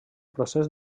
procés